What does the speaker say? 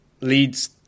leads